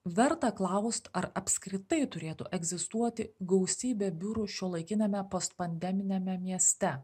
verta klaust ar apskritai turėtų egzistuoti gausybė biurų šiuolaikiniame postpandeminiame mieste